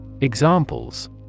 Examples